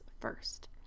first